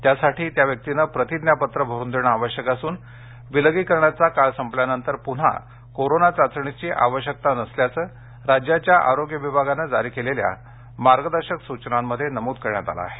त्यासाठी त्या व्यक्तीने प्रतिज्ञापत्र भरून देणे आवश्यक असून विलगीकरणाचा काळ संपल्यानंतर पुन्हा कोरोना चाचणीची आवश्यकता नसल्याचे राज्याच्या आरोग्य विभागाने जारी केलेल्या मार्गदर्शक सूचनांमध्ये नमूद करण्यात आले आहे